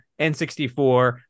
N64